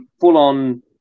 full-on